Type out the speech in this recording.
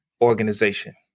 organization